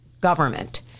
government